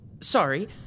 Sorry